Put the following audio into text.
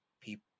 people